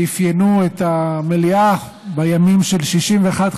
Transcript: שאפיינו את המליאה בימים של 59 61,